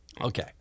Okay